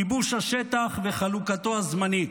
כיבוש השטח וחלוקתו הזמנית.